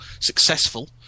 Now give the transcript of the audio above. successful